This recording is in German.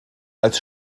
als